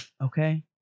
okay